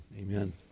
amen